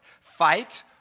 fight